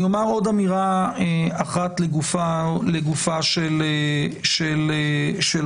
אני אומר עוד אמירה אחת לגופה של